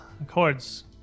accords